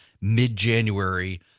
mid-January